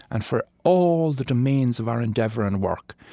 and for all the domains of our endeavor and work,